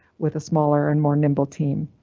with a smaller and more nimble team.